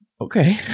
Okay